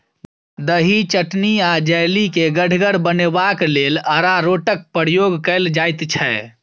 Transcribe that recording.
दही, चटनी आ जैली केँ गढ़गर बनेबाक लेल अरारोटक प्रयोग कएल जाइत छै